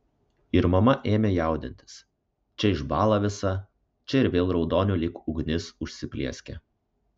ir mama ėmė jaudintis čia išbąla visa čia ir vėl raudoniu lyg ugnis užsiplieskia